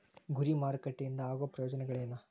ಗುರಿ ಮಾರಕಟ್ಟೆ ಇಂದ ಆಗೋ ಪ್ರಯೋಜನಗಳೇನ